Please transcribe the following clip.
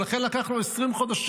ולכן לקח 20 חודשים,